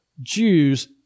Jews